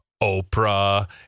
Oprah